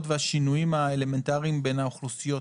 והשינויים האלמנטריים בין האוכלוסיות.